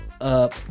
up